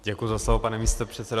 Děkuji za slovo, pane místopředsedo.